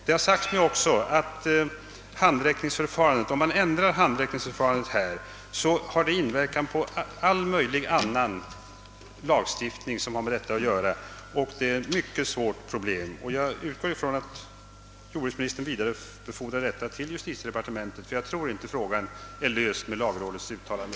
Det har också sagts mig, att om man ändrar handräckningsförfarandet i sådana här fall, så får det inverkan på all annan lagstiftning som har med sådana frågor att göra. Det är därför ett mycket svårt problem. Jag utgår ifrån att jordbruksministern vidarebefordrar vad jag nu sagt till justitiedepartementet. Jag tror nämligen inte att frågan är löst med lagrådets uttalande.